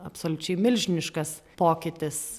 absoliučiai milžiniškas pokytis